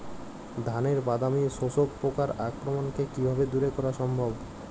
ধানের বাদামি শোষক পোকার আক্রমণকে কিভাবে দূরে করা সম্ভব?